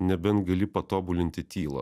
nebent gali patobulinti tylą